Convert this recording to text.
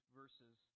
verses